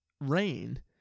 rain